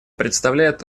представляет